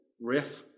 riff